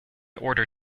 order